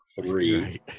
three